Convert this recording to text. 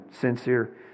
Sincere